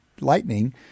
Lightning